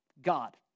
God